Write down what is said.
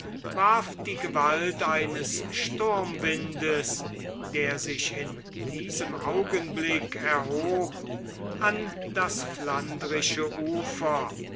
warf die gewalt eines sturmwindes der sich in diesem augenblick erhob an das flandrische ufer